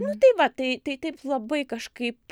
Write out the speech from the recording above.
nu tai va tai tai taip labai kažkaip